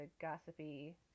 gossipy